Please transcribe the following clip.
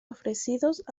ofrecidos